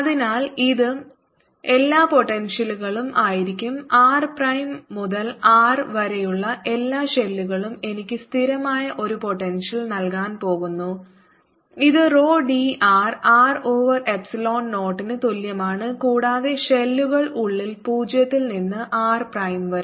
അതിനാൽ ഇത് എല്ലാപോട്ടെൻഷ്യൽ കളും ആയിരിക്കും r പ്രൈം മുതൽ R വരെയുള്ള എല്ലാ ഷെല്ലുകളും എനിക്ക് സ്ഥിരമായ ഒരു പോട്ടെൻഷ്യൽ നൽകാൻ പോകുന്നു ഇത് rho d r r over epsilon 0 ന്ന് തുല്യമാണ് കൂടാതെ ഷെല്ലുകൾ ഉള്ളിൽ 0 ൽ നിന്ന് r പ്രൈം വരെ